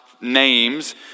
names